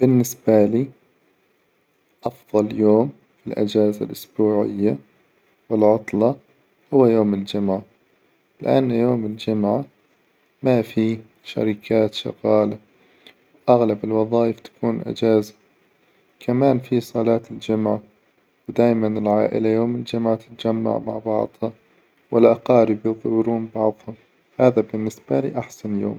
بالنسبة لي أفظل يوم في الإجازة الأسبوعية والعطلة هو يوم الجمعة، لأن يوم الجمعة ما في شركات شغالة، أغلب الوظايف تكون إجازة، كمان في صلاة الجمعة، ودائما العائلة يوم الجمعة تتجمع مع بعظها، والأقارب يزورون بعظهم، هذا بالنسبة لي أحسن يوم.